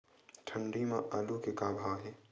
मंडी म आलू के का भाव हे?